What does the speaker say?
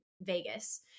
Vegas